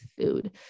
food